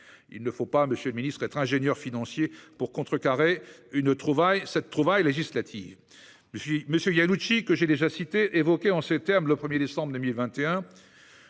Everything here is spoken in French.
Il ne faut pas, monsieur le ministre, être ingénieur financier pour contrecarrer cette trouvaille législative. M. Iannucci, que j'ai déjà cité, évoquait en ces termes, le 1 décembre 2021,